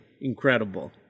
incredible